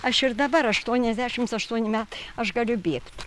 aš ir dabar aštuoniasdešims aštuoni metai aš galiu bėgt